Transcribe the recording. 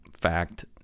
fact